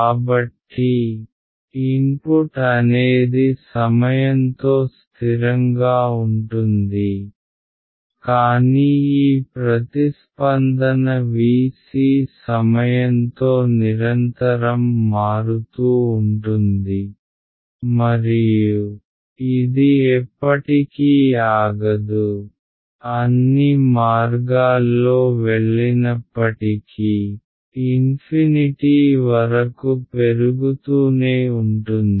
కాబట్టి ఇన్పుట్ అనేది సమయం తో స్థిరంగా ఉంటుంది కానీ ఈ ప్రతిస్పందన Vc సమయంతో నిరంతరం మారుతూ ఉంటుంది మరియు ఇది ఎప్పటికీ ఆగదు అన్ని మార్గాల్లో వెళ్ళినప్పటికీ ఇన్ఫినిటీ వరకు పెరుగుతూనే ఉంటుంది